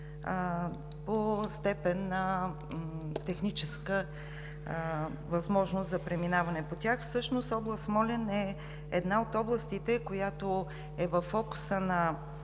по степен на техническа възможност за преминаване по тях. Всъщност област Смолян е една от областите, която е във фокуса на